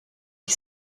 ich